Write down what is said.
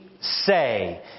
say